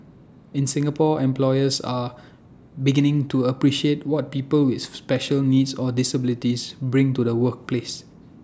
in Singapore employers are beginning to appreciate what people with special needs or disabilities bring to the workplace